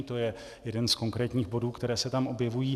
To je jeden z konkrétních bodů, které se tam objevují.